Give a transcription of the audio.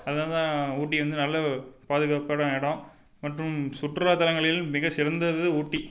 அதனால தான் ஊட்டி வந்து நல்ல பாதுகாப்பான இடம் மற்றும் சுற்றுலா தலங்களில் மிக சிறந்தது ஊட்டி